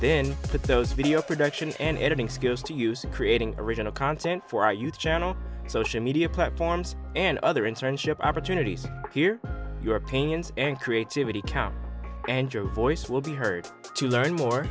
then put those video production and editing skills to use to creating original content for our youth channel social media platforms and other internship opportunities here your opinions and creativity count and your voice will be heard to learn more